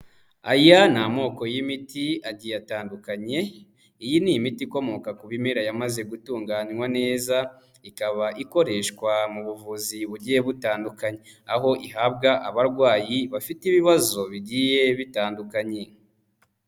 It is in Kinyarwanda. Aya ni amoko y'imiti agiye atandukanye, iyi ni imiti ikomoka ku bimera yamaze gutunganywa neza, ikaba ikoreshwa mu buvuzi bugiye butandukanye, aho ihabwa abarwayi bafite ibibazo bigiye bitandukanye.